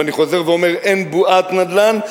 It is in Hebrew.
ואני חוזר ואומר: אין בועת נדל"ן,